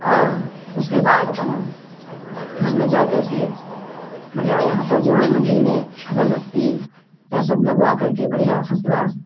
और उसके बाद अपने घर में जा करके बढ़ियाँ यहाँ पर जो है मन्दिर में अगरबत्ती यह सब लगवा करके बढ़ियाँ फर्स्ट क्लास